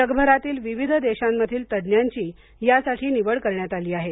जगभरातील विविध देशांमधील तज्ञांची यासाठी निवड करण्यात आली आहे